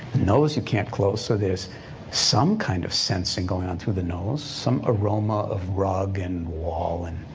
nose you can't close so there's some kind of sensing going on through the nose, some aroma of rug and wall. and